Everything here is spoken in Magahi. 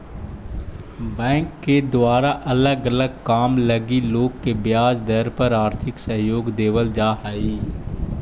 बैंक के द्वारा अलग अलग काम लगी लोग के ब्याज पर आर्थिक सहयोग देवल जा हई